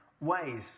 ways